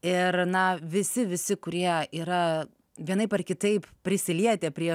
ir na visi visi kurie yra vienaip ar kitaip prisilietę prie